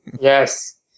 Yes